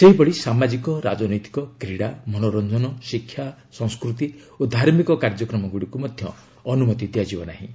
ସେହିଭଳି ସାମାଜିକ ରାଜନୈତିକ କ୍ରୀଡ଼ା ମନୋର୍ଚଜନ ଶିକ୍ଷା ସଂସ୍କୃତି ଓ ଧାର୍ମିକ କାର୍ଯ୍ୟକ୍ରମଗୁଡ଼ିକୁ ମଧ୍ୟ ଅନୁମତି ଦିଆଯିବ ନାହିଁ